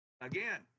Again